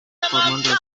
هزار